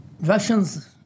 Russians